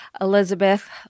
Elizabeth